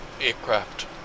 aircraft